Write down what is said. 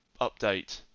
update